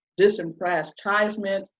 disenfranchisement